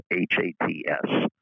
H-A-T-S